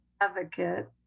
advocate